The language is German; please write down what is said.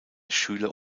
schüler